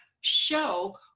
show